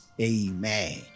Amen